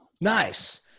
Nice